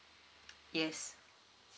yes